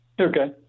okay